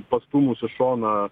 pastūmus į šoną